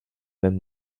même